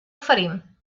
oferim